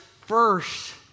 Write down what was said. first